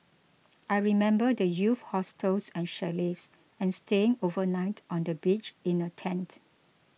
I remember the youth hostels and chalets and staying overnight on the beach in a tent